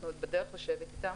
ואנחנו עוד בדרך לשבת איתם,